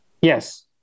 Yes